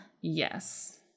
Yes